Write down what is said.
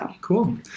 Cool